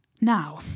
Now